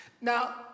Now